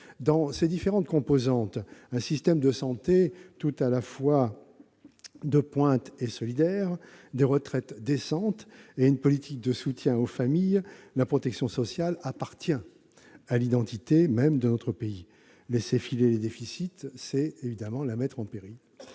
Dans ses différentes composantes, un système de santé tout à la fois de pointe et solidaire, des retraites décentes et une politique de soutien aux familles, la protection sociale appartient à l'identité même de notre pays. Laisser filer les déficits, c'est évidemment la mettre en péril.